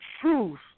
truth